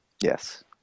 Yes